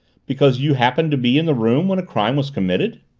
because you happened to be in the room when a crime was committed?